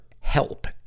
help